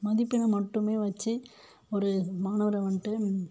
மதிப்பெண் மட்டுமே வச்சு ஒரு மாணவனை வந்ட்டு